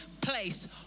place